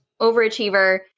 overachiever